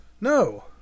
No